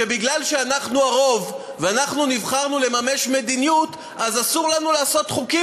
שמפני שאנחנו הרוב ואנחנו נבחרנו לממש מדיניות אז אסור לנו לעשות חוקים?